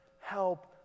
Help